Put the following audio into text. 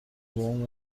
بابام